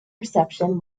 reception